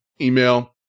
email